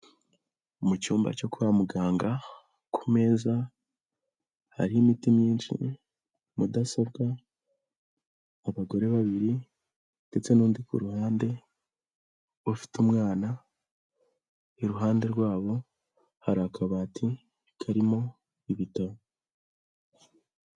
Mu cyumba cyo kwa muganga, ku meza hariho imiti myinshi, mudasobwa, abagore babiri ndetse n'undi kuru ruhande ufite umwana, iruhande rwabo hari akabati karimo ibitabo.